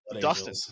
Dustin